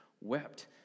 wept